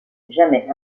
jamais